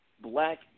black